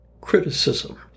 criticism